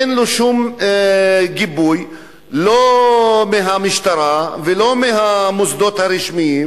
אין לו שום גיבוי לא מהמשטרה ולא מהמוסדות הרשמיים,